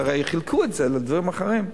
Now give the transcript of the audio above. הרי חילקו את זה לדברים אחרים,